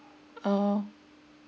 orh